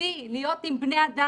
יוצאים מבית הספר,